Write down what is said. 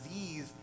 disease